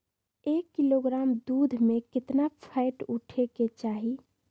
एक किलोग्राम दूध में केतना फैट उठे के चाही?